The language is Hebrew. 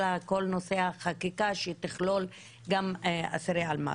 כל נושא החקיקה שיכלול גם אסירי אלמ"ב,